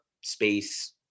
space